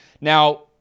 Now